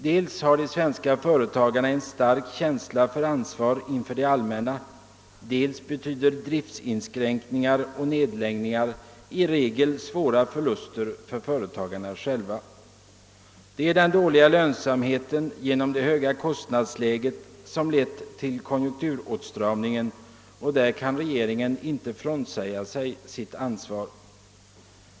Dels har de svenska företagarna en stark känsla för ansvar inför det allmänna, dels betyder driftinskränkningar och nedläggningar i regel svåra förluster för företagarna själva. Det är den dåliga lönsamheten genom det höga kostnadsläget som lett till konjunkturåtstramningen, och därvidlag kan regeringen inte frånsäga sig sitt ansvar.